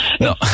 No